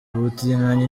ubutinganyi